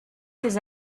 ses